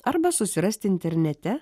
arba susirasti internete